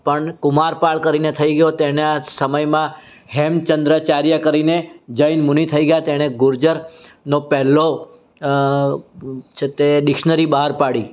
પણ કુમારપાળ કરીને થઈ ગયો તેના સમયમાં હેમચન્દ્રાચાર્ય કરીને જૈન મુનિ થઈ ગયા તેણે ગુર્જર નો પહેલો છે તે ડિક્શનરી બહાર પાડી